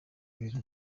ibintu